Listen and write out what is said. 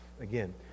again